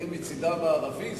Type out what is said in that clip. היא תהיה מצדה המערבי.